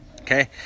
Okay